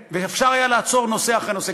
ואפשר היה לעצור, נושא אחרי נושא.